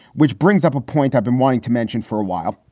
which brings up a point i've been wanting to mention for a while.